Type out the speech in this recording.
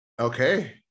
okay